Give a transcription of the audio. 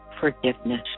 forgiveness